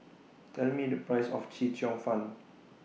Tell Me The Price of Chee Cheong Fun